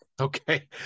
Okay